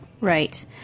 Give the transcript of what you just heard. Right